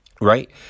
right